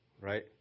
right